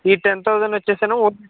ఈ ten thousand వచ్చేసిను